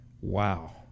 wow